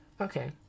Okay